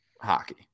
hockey